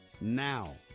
now